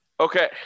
Okay